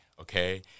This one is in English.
okay